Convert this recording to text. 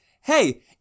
hey